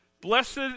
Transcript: Blessed